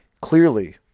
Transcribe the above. Clearly